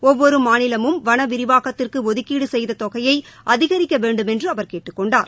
ஒவ்வொரு மாநிலமும் வன விரிவாக்கத்திற்கு ஒதுக்கீடு செய்த தொகையை அதிகரிக்கவேண்டும் என்று அவர் கேட்டுக்கொண்டார்